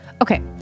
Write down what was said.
Okay